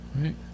right